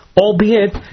Albeit